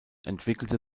entwickelte